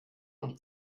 und